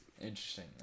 Interesting